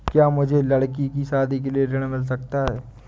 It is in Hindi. क्या मुझे लडकी की शादी के लिए ऋण मिल सकता है?